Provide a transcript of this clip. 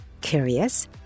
curious